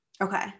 okay